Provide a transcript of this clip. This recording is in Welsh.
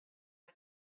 ran